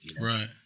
right